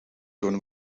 doen